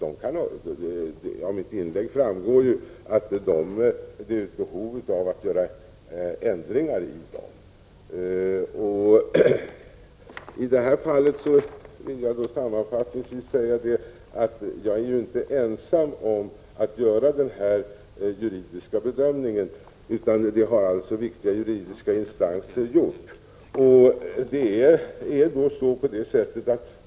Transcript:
Av mitt inlägg framgår ju att det finns behov av att göra ändringar i dem. Sammanfattningsvis vill jag säga att jag inte är ensam om den juridiska bedömning jag gör, utan den har också viktiga juridiska instanser gjort.